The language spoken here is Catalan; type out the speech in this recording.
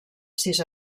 sis